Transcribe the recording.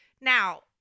Now